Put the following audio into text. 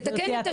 לתקן את השם.